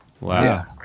Wow